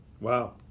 Wow